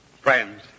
Friends